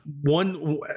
One